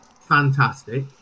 fantastic